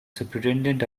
superintendent